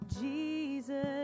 Jesus